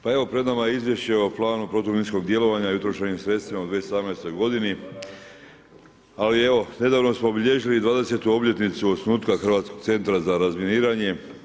Pa evo pred nama je izvješće o planu protuminskog djelovanja i utrošenim sredstvima u 2017. godini, ali evo, nedavno smo obilježili 20 obljetnicu osnutka Hrvatskog centra za razminiranje.